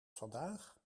vandaag